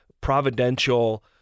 providential